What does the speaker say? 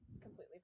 completely